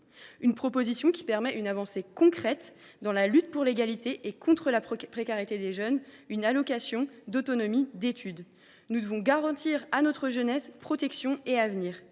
une proposition permettant une avancée concrète dans la lutte pour l’égalité et contre la précarité des jeunes : la création d’une allocation autonomie universelle d’études. Nous devons garantir à notre jeunesse protection et avenir.